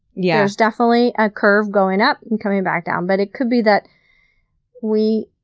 yeah there's definitely a curve going up and coming back down. but it could be that we,